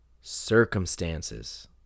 circumstances